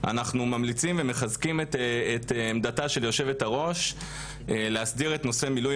אנחנו ממליצים ומחזקים את עמדתה של יושבת הראש להסדיר את נושא מילוי